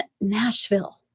Nashville